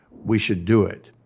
we should do it.